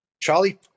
Charlie